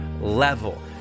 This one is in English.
level